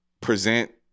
present